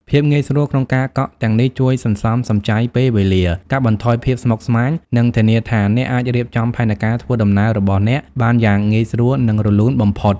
ភាពងាយស្រួលក្នុងការកក់ទាំងនេះជួយសន្សំសំចៃពេលវេលា កាត់បន្ថយភាពស្មុគស្មាញ និងធានាថាអ្នកអាចរៀបចំផែនការធ្វើដំណើររបស់អ្នកបានយ៉ាងងាយស្រួល និងរលូនបំផុត។